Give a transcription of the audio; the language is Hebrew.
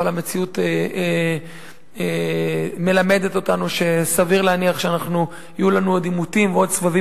אבל המציאות מלמדת אותנו שסביר להניח שיהיו לנו עוד עימותים ועוד סבבים